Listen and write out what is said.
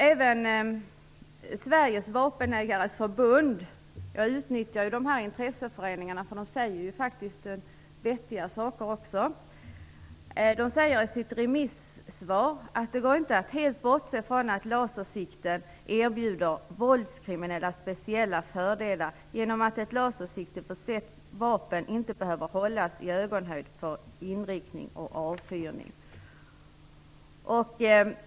Även Sveriges Vapenägares Förbund - de här intresseföreningarna säger faktiskt vettiga saker också - säger i sitt remissvar att det inte går att helt bortse från att lasersikten erbjuder våldskriminella speciella fördelar genom att ett lasersikteförsett vapen inte behöver hållas i ögonhöjd för inriktning och avfyrning.